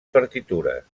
partitures